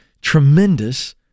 tremendous